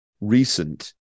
recent